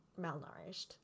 malnourished